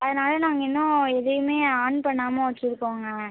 அதனால் நாங்கள் இன்னும் எதையுமே ஆன் பண்ணாமல் வச்சுருக்கோங்க